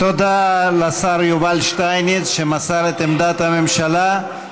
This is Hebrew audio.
תודה לשר יובל שטייניץ, שמסר את עמדת הממשלה.